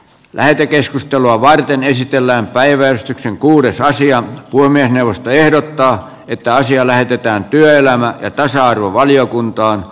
lähetekeskustelua varten esitellään päivälehti kuudes aasian pulmia puhemiesneuvosto ehdottaa että asia lähetetään työelämä ja tasa arvovaliokuntaan